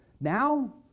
Now